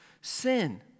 sin